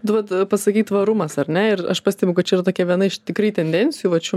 tu vat pasakei tvarumas ar ne ir aš pastebiu kad čia yra tokia viena iš tikrai tendencijų vat šių